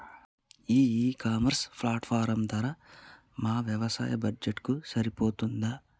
ఈ e commerce platform ధర మా వ్యవసాయ బడ్జెట్ కు సరిపోతుందా?